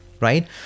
right